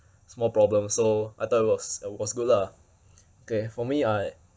small problem so I thought it was it was good lah okay for me I